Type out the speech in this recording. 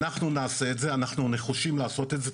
אנחנו נעשה את זה, אנחנו נחושים לעשות את זה.